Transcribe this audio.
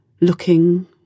looking